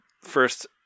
First